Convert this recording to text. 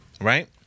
right